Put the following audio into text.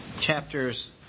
chapters